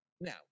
now